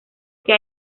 que